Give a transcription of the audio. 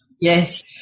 Yes